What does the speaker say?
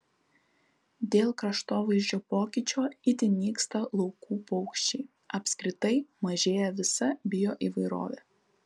dėl kraštovaizdžio pokyčio itin nyksta laukų paukščiai apskritai mažėja visa bioįvairovė